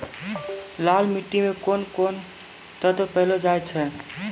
लाल मिट्टी मे कोंन कोंन तत्व पैलो जाय छै?